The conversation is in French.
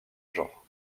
genre